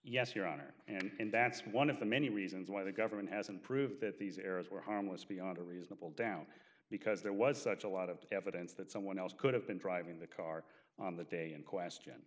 yes your honor and that's one of the many reasons why the government hasn't proved that these errors were harmless beyond a reasonable doubt because there was such a lot of evidence that someone else could have been driving the car on the day in question